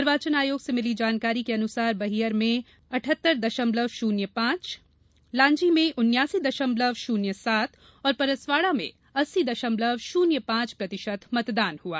निर्वाचन आयोग से मिली जानकारी के अनुसार बैहर में अठहत्तर दशमलव शुन्य पांच लांजी में उन्यासी दशमलव शुन्य सात और परसवाडा में अस्सी दशमलव शन्य पांच प्रतिशत मतदान हआ